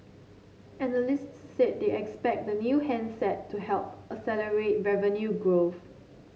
analysts said they expect the new handset to help accelerate revenue growth